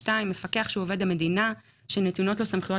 (2)מפקח שהוא עובד המדינה שנתונות לו סמכויות